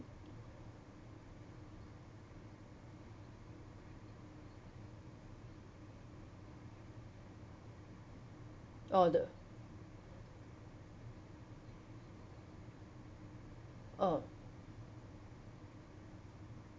oh the oh